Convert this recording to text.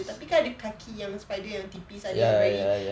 tapi kan ada kaki yang spider yang tipis ada yang very